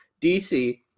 DC